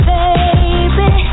baby